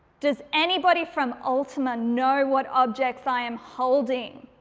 does anybody from ultima know what objects i am holding?